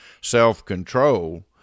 self-control